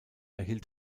erhielt